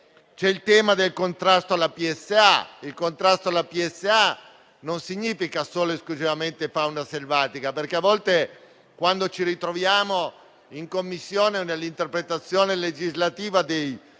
C'è il tema del contrasto alla PSA, che non significa solo ed esclusivamente fauna selvatica, perché a volte, quando ci ritroviamo in Commissione o nell'interpretazione legislativa dei